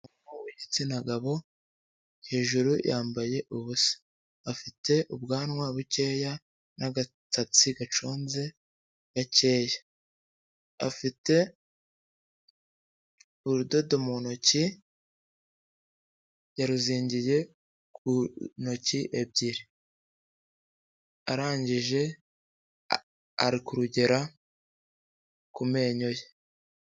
Igitsina gabo hejuru yambaye ubusa, afite ubwanwa bukeya n'agasatsi gaconze gakeya. Afite urudodo mu ntoki yaruzingiye ku ntoki ebyiri arangije ari kurugera ku menyo ye.